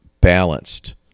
balanced